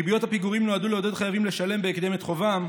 ריביות הפיגורים נועדו לעודד חייבים לשלם בהקדם את חובם,